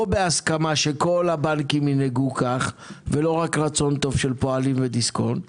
או בהסכמה שכל הבנקים ינהגו כך ולא רק רצון טוב של פועלים ודיסקונט